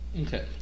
Okay